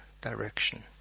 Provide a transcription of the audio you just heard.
direction